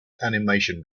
animation